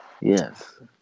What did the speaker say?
Yes